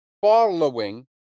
following